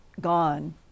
gone